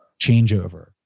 changeover